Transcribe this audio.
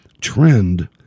trend